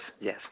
yes